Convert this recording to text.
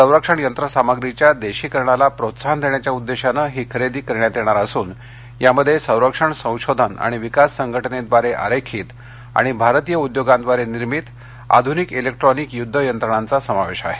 संरक्षण यंत्रसामग्रीच्या देशीकरणाला प्रोत्साहन देण्याच्या उद्देशाने ही खरेदी करण्यात येणार असून यामध्ये संरक्षण संशोधन आणि विकास संघटनेद्वारे आरेखित आणि भारतीय उद्योगाद्वारे निर्मित आधूनिक इलेक्ट्रॉनिक यूद्ध यंत्रणांचा समावेश आहे